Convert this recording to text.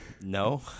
no